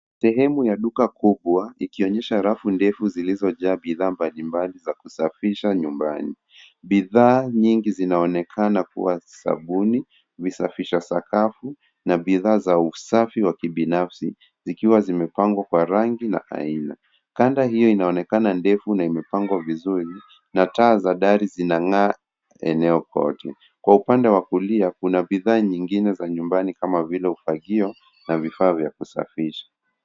Sehemu ya duka kubwa, ikionyesha rafu ndefu zilizojaa bidhaa mbalimbali za kusafisha nyumbani. Bidhaa nyingi zinaonekana kuwa sabuni, visafisha sakafu, na bidhaa za usafi wa kibinafsi zikiwa zimepangwa kwa rangi na aina. Kanda hiyo inaonekana ndefu na imepangwa vizuri, na taa za dari zinang'aa eneo kote. Kwa upande wakulia, kuna bidhaa nyingine za nyumbani kama vile ufagio na vifaa vya kusafisha.